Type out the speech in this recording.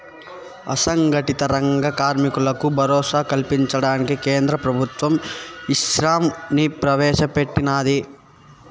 అసంగటిత రంగ కార్మికులకు భరోసా కల్పించడానికి కేంద్ర ప్రభుత్వం ఈశ్రమ్ ని ప్రవేశ పెట్టినాది